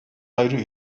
ayrı